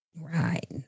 Right